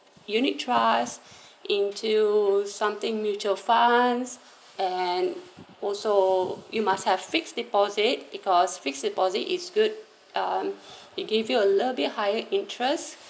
unit trust into something mutual funds and also you must have fixed deposit because fixed deposit is good um it gave you a little bit higher interest